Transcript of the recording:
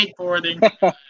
skateboarding